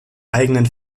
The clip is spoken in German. eigenen